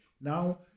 Now